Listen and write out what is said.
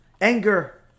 anger